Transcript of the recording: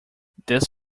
this